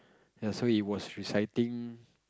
ya so he was reciting